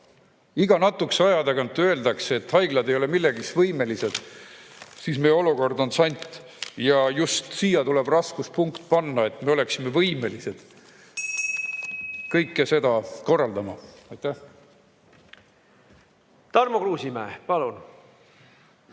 iga natukese aja tagant öeldakse, et haiglad ei ole millekski võimelised, siis meie olukord on sant. Just siia tuleb raskuspunkt panna, et me oleksime võimelised kõike seda korraldama. Kurb on